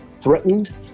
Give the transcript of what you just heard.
threatened